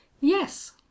yes